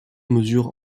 mesure